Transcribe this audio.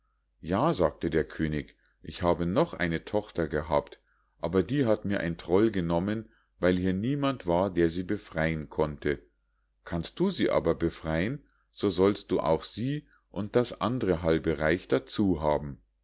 ja sagte der könig ich habe noch eine tochter gehabt aber die hat mir ein troll genommen weil hier niemand war der sie befreien konnte kannst du sie aber befreien so sollst du auch sie und das andre halbe reich dazu haben